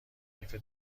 ردیف